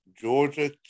Georgia